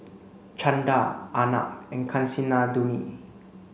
Chanda Arnab and Kasinadhuni